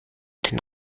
den